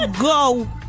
go